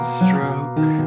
stroke